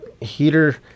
heater